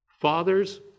Fathers